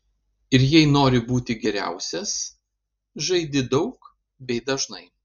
ir jei nori būti geriausias žaidi daug bei dažnai